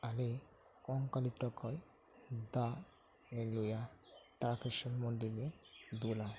ᱟᱞᱮ ᱠᱚᱝᱠᱟᱞᱤ ᱛᱚᱞᱟ ᱠᱷᱚᱱ ᱫᱟᱜ ᱞᱮ ᱞᱳᱭᱟ ᱛᱟᱨᱠᱮᱥᱥᱚᱨ ᱢᱩᱱᱫᱤᱨ ᱨᱮᱞᱮ ᱫᱩᱞᱟ